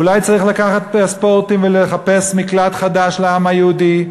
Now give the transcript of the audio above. אולי צריך לקחת פספורטים ולחפש מקלט חדש לעם היהודי?